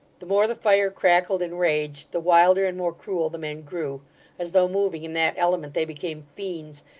the more the fire crackled and raged, the wilder and more cruel the men grew as though moving in that element they became fiends,